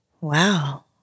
Wow